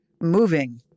moving